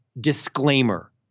disclaimer